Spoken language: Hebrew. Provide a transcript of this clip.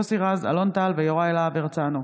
צבי האוזר,